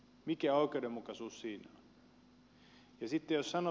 mikä oikeudenmukaisuus siinä on